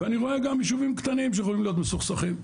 ואני רואה גם יישובים קטנים שיכולים להיות מסוכסכים.